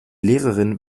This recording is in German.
lehrerin